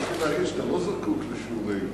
רציתי להגיד שאתה לא זקוק לשיעורי עברית.